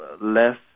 less